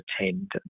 attend